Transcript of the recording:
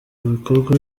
bikorwa